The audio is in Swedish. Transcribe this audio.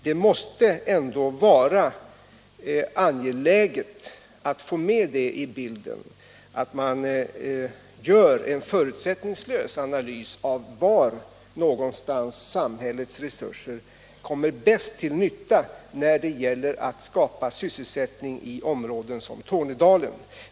Det måste vara angeläget att få med i bilden att det är nödvändigt att göra en förutsättningslös analys av var samhällets resurser bäst kommer till nytta när det gäller att skapa sysselsättning i områden som Tornedalen.